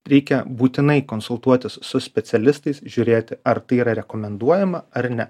reikia būtinai konsultuotis su specialistais žiūrėti ar tai yra rekomenduojama ar ne